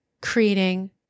creating